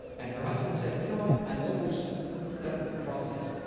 and her husband said, you know what? i'm almost done with the process.